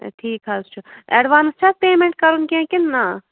ادٕ ٹھیٖک حظ چھُ ایٚڈوانٕس چھ حٲز پیمٮ۪نٛٹ کَرُن کینٛہہ کِنہٕ نہ